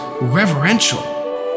reverential